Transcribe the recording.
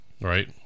right